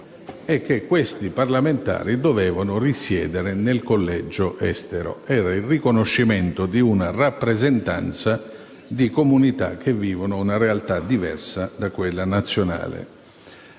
e che questi parlamentari dovessero risiedere nel collegio estero. Era il riconoscimento di una rappresentanza di comunità che vivono una realtà diversa da quella nazionale,